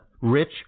Rich